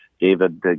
David